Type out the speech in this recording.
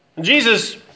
Jesus